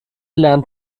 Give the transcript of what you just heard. lernt